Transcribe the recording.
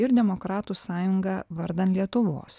ir demokratų sąjunga vardan lietuvos